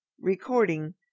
Recording